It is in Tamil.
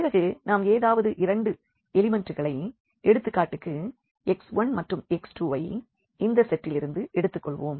பிறகு நாம் ஏதாவது இரண்டு எலிமண்ட்டுகளை எடுத்துக்காட்டுக்கு x1 மற்றும் x2 ஐ இந்த செட்டில் இருந்து எடுத்துக்கொள்வோம்